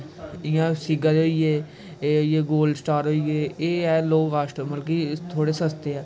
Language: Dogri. इ'यां सेगा दे होई गे एह् होई गे गोल्ड स्टार होई गे एह् ऐ लो कास्ट मतलब कि थोह्ड़े सस्ते